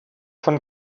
von